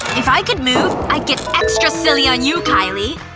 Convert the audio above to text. if i could move, i'd get extra silly on you, kylie.